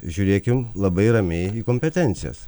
žiūrėkim labai ramiai į kompetencijas